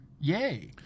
Yay